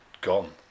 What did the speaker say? gone